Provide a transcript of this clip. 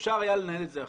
אפשר היה לנהל את זה אחרת.